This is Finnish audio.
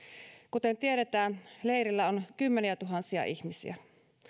kuten tiedetään leirillä on kymmeniätuhansia ihmisiä